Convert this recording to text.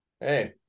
Hey